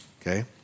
Okay